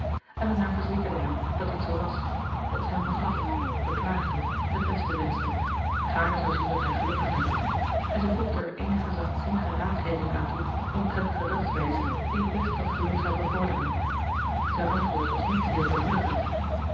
elinor verzekerde hem dat dit zoo was dat zij hem vergaf beklaagde het beste wenschte gaarne zou zien dat hij gelukkig werd en zij voegde er eenige zachtzinnige raadgevingen aan toe omtrent de gedragswijze die het best dat geluk zou bevorderen zijn antwoord was niet zeer bemoedigend